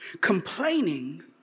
Complaining